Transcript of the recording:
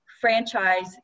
franchise